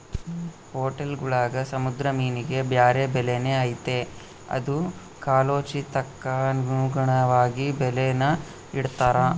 ಹೊಟೇಲ್ಗುಳಾಗ ಸಮುದ್ರ ಮೀನಿಗೆ ಬ್ಯಾರೆ ಬೆಲೆನೇ ಐತೆ ಅದು ಕಾಲೋಚಿತಕ್ಕನುಗುಣವಾಗಿ ಬೆಲೇನ ಇಡ್ತಾರ